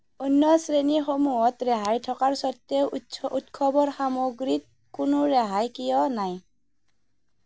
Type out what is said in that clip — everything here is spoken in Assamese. অন্য শ্ৰেণীসমূহত ৰেহাই থকাৰ স্বত্তেও উচ উৎসৱৰ সামগ্ৰীত কোনো ৰেহাই কিয় নাই